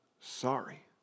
sorry